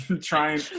trying